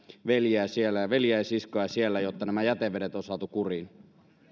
veljiä ja siskoja siellä jotta nämä jätevedet on saatu kuriin ja